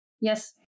Yes